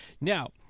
Now